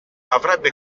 avrebbe